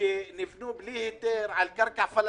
שנבנו בלי היתר על קרקע פלסטינית?